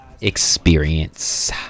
Experience